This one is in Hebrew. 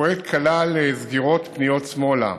הפרויקט כלל סגירות פניות שמאלה